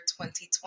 2020